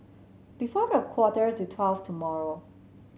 before a quarter to twelve tomorrow